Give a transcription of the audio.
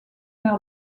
vers